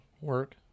work